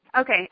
Okay